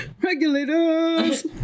regulators